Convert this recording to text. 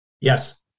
Yes